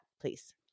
please